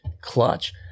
clutch